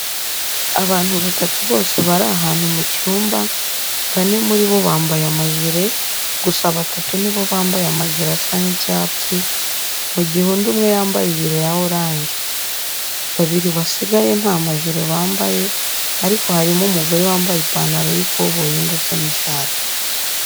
Abantu batandatu bose bari ahantu mu cyumba, bane muri bo bambaye amajire, gusa batatu ni bo bambaye amajire asa nk'icyatsi, mu gihe undi umwe yambaye ijire ya oranje. Babiri basigaye nta majire bambaye ariko harimo umugore wambaye ipantaro y'ikoboyi ndetse n'ishati.